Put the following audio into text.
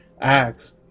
acts